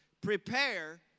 Prepare